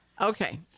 Okay